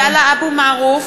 (קוראת בשמות חברי הכנסת) עבדאללה אבו מערוף,